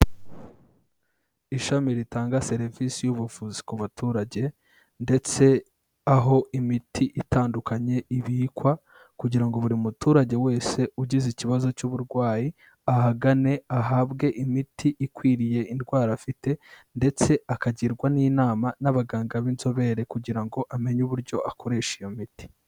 Ishami ritanga serivisi y'ubuvuzi ku baturage, ndetse aho imiti itandukanye ibikwa kugira ngo buri muturage wese ugize ikibazo cy'uburwayi ahagane ahabwe imiti ikwiriye indwara afite, ndetse akagirwa n'inama n'abaganga b'inzobere kugira ngo amenye uburyo akoresha iyo miti.